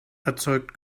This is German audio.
erzeugt